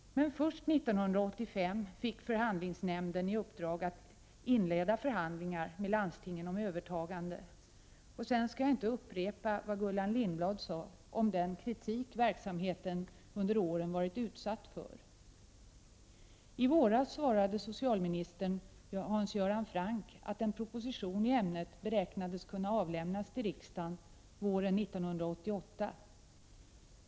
Först 1985 fick förhandlingsnämnden i uppdrag att inleda förhandlingar med landstingen om övertagande. Jag skall inte upprepa vad Gullan Lindblad sade om den kritik verksamheten under åren varit utsatt för. I våras svarade socialministern Hans Göran Franck att en proposition i ämnet beräknades kunna avlämnas till riksdagen våren 1988.